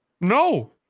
No